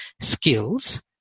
skills